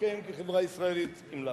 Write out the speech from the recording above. להתקיים כחברה ישראלית אם לאו.